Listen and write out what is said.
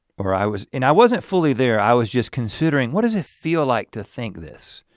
or i was and i wasn't fully there i was just considering what does it feel like to think this?